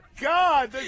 God